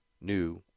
new